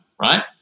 right